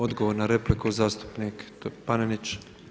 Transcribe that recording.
Odgovor na repliku zastupnik Panenić.